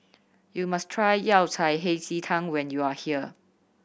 you must try Yao Cai Hei Ji Tang when you are here